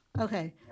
Okay